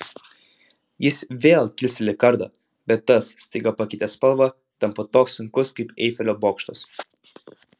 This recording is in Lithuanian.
jis vėl kilsteli kardą bet tas staiga pakeitęs spalvą tampa toks sunkus kaip eifelio bokštas